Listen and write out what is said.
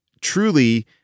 truly